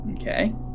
Okay